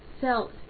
felt